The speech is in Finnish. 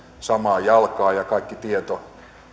samaa jalkaa ja kaikki tieto